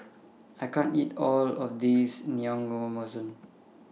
I can't eat All of This